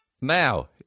now